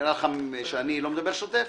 נראה לך שאני לא מדבר שוטף?